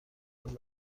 مشروب